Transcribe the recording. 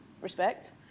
Respect